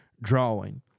drawing